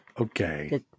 Okay